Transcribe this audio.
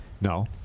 no